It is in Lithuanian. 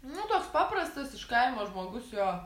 nu toks paprastas iš kaimo žmogus jo